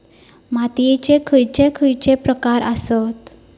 मातीयेचे खैचे खैचे प्रकार आसत?